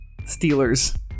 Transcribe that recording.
Steelers